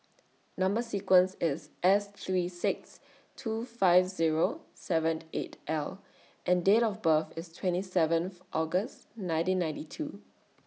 Number sequence IS S three six two five Zero seven eight L and Date of birth IS twenty seventh August nineteen ninety two